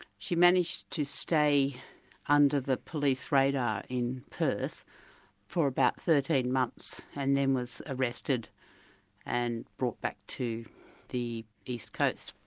she managed to stay under the police radar in perth for about thirteen months, and then was arrested and brought back to the east coast.